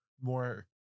more